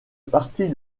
partie